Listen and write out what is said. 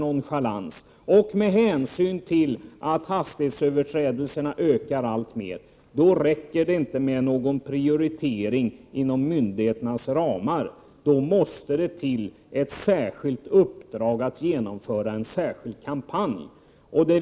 1988/89:104 och när hastighetsöverträdelserna ökar alltmer, då räcker det inte med någon 26 april 1989 prioritering inom myndigheternas ramar, utan då måste det till ett uppdrag ZIG Gt att genomföra en särskild kampanj.